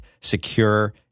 secure